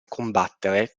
combattere